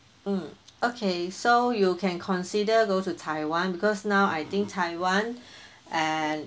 mm okay so you can consider go to taiwan because now I think taiwan and